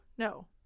No